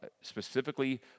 Specifically